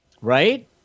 Right